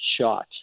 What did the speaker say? shot